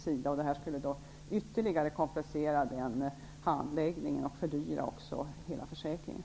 Föreslagna åtgärder skulle ytterligare komplicera den handläggningen och också fördyra hela försäkringen.